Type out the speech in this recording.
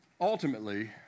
Ultimately